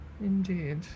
indeed